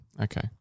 Okay